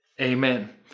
amen